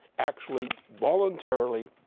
actually voluntarily,